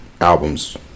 albums